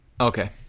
Okay